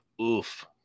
Oof